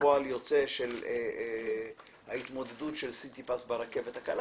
פועל יוצא של ההתמודדות של סיטיפס ברכבת הקלה,